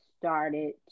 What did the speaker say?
started